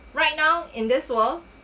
right now in this world